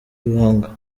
ibanga